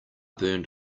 burned